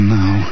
now